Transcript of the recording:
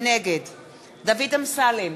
נגד דוד אמסלם,